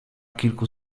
kilku